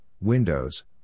windows